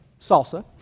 salsa